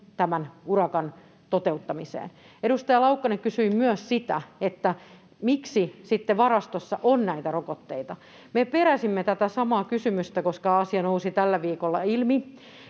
tämän urakan toteuttamiseen. Edustaja Laukkanen kysyi myös sitä, miksi sitten varastossa on näitä rokotteita. Me peräsimme tätä samaa kysymystä, koska asia nousi tällä viikolla ilmi,